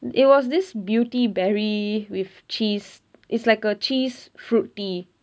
it was this beauty berry with cheese it's like a cheese fruit tea